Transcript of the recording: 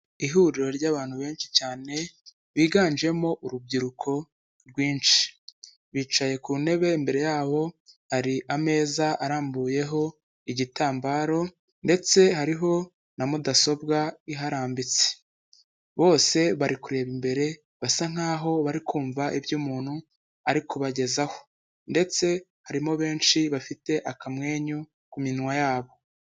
Ihuriro ry'abantu benshi cyane biganjemo urubyiruko rwinshi. Bicaye ku ntebe imbere yabo hari ameza arambuyeho igitambaro ndetse hariho na mudasobwa iharambitse. Bose bari kureba imbere basa nkaho bari kumva iby'umuntu ari kubagezaho ndetse harimo benshi bafite akamwenyu ku minwa yabo.